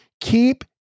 Keep